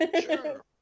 Sure